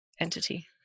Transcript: entity